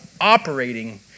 operating